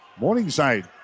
Morningside